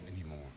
anymore